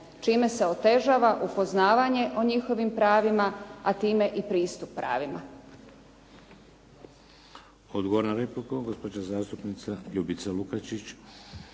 čime se otežava upoznavanje o njihovim pravima, a time i pristup pravima.